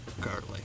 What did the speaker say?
Garlic